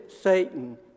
Satan